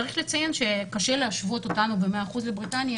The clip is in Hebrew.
צריך לציין שקשה להשוות אותנו ב-100% לבריטניה